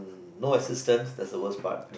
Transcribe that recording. no assistants that's the worst part